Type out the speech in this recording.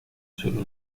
sólo